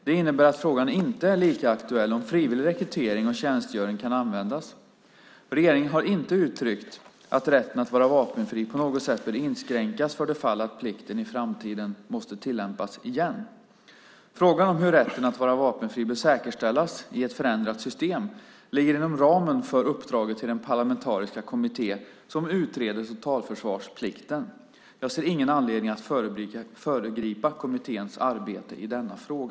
Det innebär att frågan inte är lika aktuell om frivillig rekrytering och tjänstgöring kan användas. Regeringen har inte uttryckt att rätten att vara vapenfri på något sätt bör inskränkas för det fall att plikten i framtiden måste tillämpas igen. Frågan om hur rätten att vara vapenfri bör säkerställas i ett förändrat system ligger inom ramen för uppdraget till den parlamentariska kommitté som utreder totalförsvarsplikten. Jag ser ingen anledning att föregripa kommitténs arbete i denna fråga.